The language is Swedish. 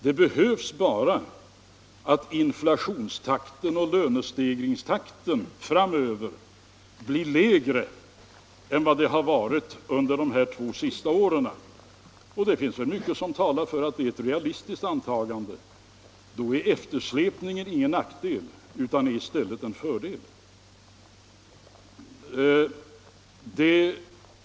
Det behövs bara att inflationstakten och lönestegringstakten framöver blir lägre än vad den varit under de två senaste åren — och det finns mycket som talar för att det är ett realistiskt antagande — för att eftersläpningen inte skall vara någon nackdel, utan i stället en fördel.